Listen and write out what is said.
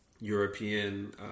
European